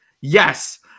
yes